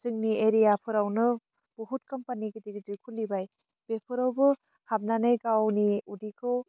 जोंनि एरियाफोरावनो बुहुत काम्पानि गिदिर गिदिर खुलिबाय बेफोरावबो हाबनानै गावनि उदैखौ